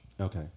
Okay